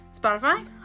Spotify